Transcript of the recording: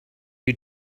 you